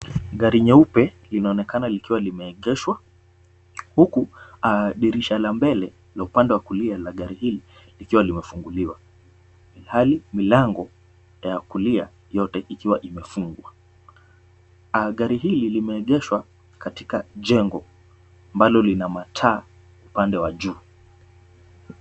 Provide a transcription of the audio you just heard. Gari nyeupe linaonekana likiwa limeegeshwa huku, dirisha la mbele la upande wa kulia la gari hili likiwa limefunguliwa, ilhali milango ya kulia yote ikiwa imefungwa. Gari hili limeegeshwa katika jengo ambalo lina mataa upande wa juu.